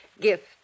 Gift